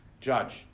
judge